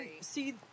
see